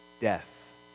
death